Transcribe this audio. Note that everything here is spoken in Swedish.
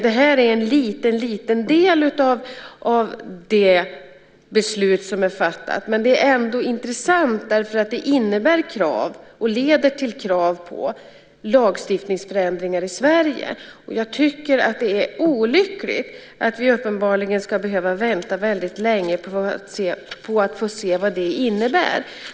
Det här är en mycket liten del av det beslut som är fattat, men det är ändå intressant eftersom det leder till krav på lagstiftningsförändringar i Sverige. Jag tycker att det är olyckligt att vi uppenbarligen ska behöva vänta väldigt länge på att få se vad de innebär.